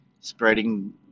spreading